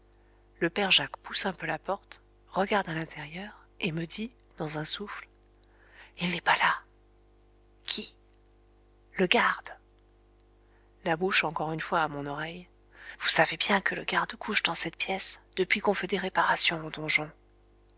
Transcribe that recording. le père jacques pousse un peu la porte regarde à l'intérieur et me dit dans un souffle il n'est pas là qui le garde la bouche encore une fois à mon oreille vous savez bien que le garde couche dans cette pièce depuis qu'on fait des réparations au donjon